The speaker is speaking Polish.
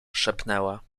szepnęła